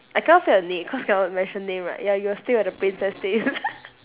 I cannot say the name cannot mention name right ya you would stay at the princess place